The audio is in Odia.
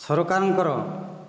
ସରକାରଙ୍କର